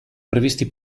previsti